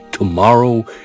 Tomorrow